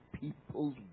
people's